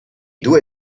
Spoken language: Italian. due